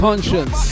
Conscience